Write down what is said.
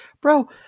bro